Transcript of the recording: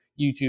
YouTube